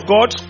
God